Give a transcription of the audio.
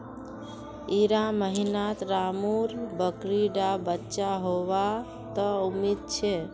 इड़ा महीनात रामु र बकरी डा बच्चा होबा त उम्मीद छे